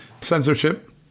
censorship